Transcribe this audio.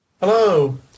hello